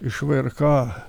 iš vrk